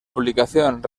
publicación